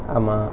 ஆமா:aamaa